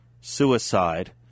suicide